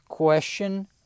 question